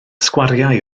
sgwariau